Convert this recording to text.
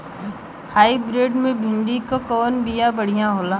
Hybrid मे भिंडी क कवन बिया बढ़ियां होला?